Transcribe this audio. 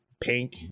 pink